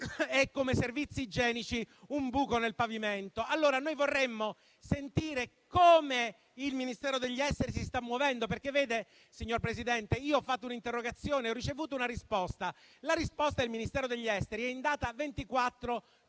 e, come servizi igienici, un buco nel pavimento. Noi vorremmo sentire come il Ministero degli affari esteri si sta muovendo. Vede, signor Presidente, io ho fatto un'interrogazione e ho ricevuto una risposta. La risposta del Ministero degli affari esteri è in data 24 gennaio